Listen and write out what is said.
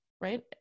right